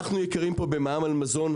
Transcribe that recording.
אנחנו יקרים פה במע"מ על מזון.